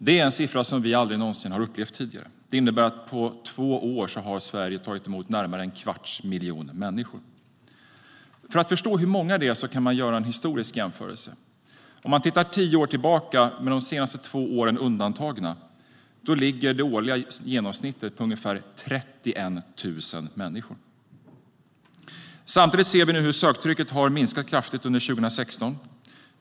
Det är en siffra vi aldrig någonsin har upplevt tidigare. Det innebär att Sverige har tagit emot närmare en kvarts miljon människor på två år. För att förstå hur många det är kan man göra en historisk jämförelse. Om man tittar tio år tillbaka, med de senaste två åren undantagna, ligger det årliga genomsnittet på ungefär 31 000 människor. Samtidigt ser vi hur söktrycket har minskat kraftigt under 2016.